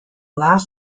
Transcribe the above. last